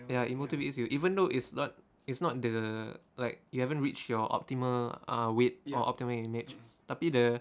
ya it motivates you even though it's not it's not the like you haven't reach your optimal uh weight your optimal image tapi the